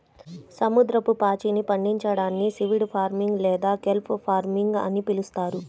సముద్రపు పాచిని పండించడాన్ని సీవీడ్ ఫార్మింగ్ లేదా కెల్ప్ ఫార్మింగ్ అని పిలుస్తారు